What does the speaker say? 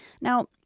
Now